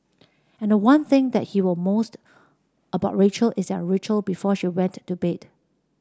and the one thing that he will most about Rachel is their ritual before she went to bed